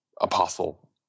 apostle